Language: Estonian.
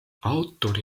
autori